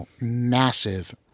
massive